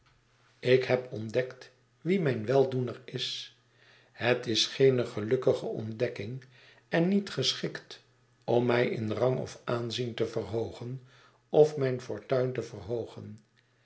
ik heb ontdekt wie mijn weldoener is het is geene gelukkige ontdekking en niet geschikt om mij in rang of aanzien te verhoogen of mijn fortuin te